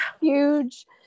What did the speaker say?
huge